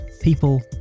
People